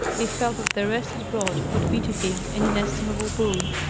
he felt that the rest it brought would be to him an inestimable boon.